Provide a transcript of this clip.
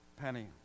penny